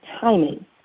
timing